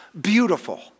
beautiful